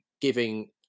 giving